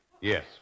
Yes